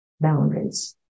boundaries